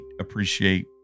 appreciate